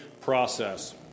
process